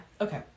Okay